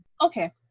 Okay